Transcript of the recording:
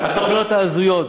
התוכניות ההזויות,